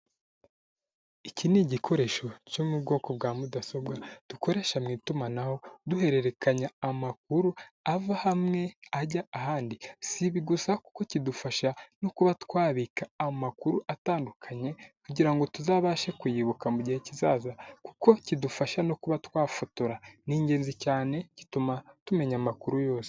Iki ni igikoresho cyo mu bwoko bwa mudasobwa dukoresha mu itumanaho duhererekanya amakuru ava hamwe ajya ahandi, si ibi gusa kuko kidufasha no kuba twabika amakuru atandukanye kugira ngo tuzabashe kuyibuka mu gihe kizaza, kuko kidufasha no kuba twafotora, ni ingenzi cyane gituma tumenya amakuru yose.